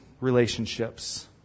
relationships